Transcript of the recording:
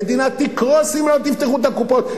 המדינה תקרוס אם לא תפתחו את הקופות.